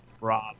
Rob